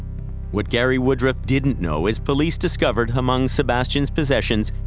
what gary woodroffe didn't know is police discovered, among sebastian's possessions,